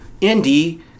Indy